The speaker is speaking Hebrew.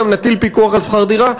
גם נטיל פיקוח על שכר דירה,